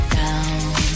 down